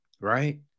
right